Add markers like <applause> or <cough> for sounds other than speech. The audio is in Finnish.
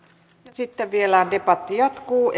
sitten debatti vielä jatkuu <unintelligible>